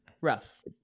Rough